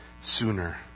sooner